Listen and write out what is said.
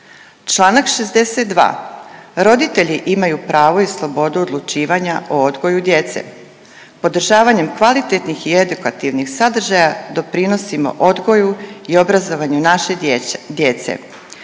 Članak 62. roditelji imaju pravo i slobodu odlučivanja o odgoju djece podržavanjem kvalitetnih i edukativnih sadržaja doprinosimo odgoju i obrazovanju naše djece.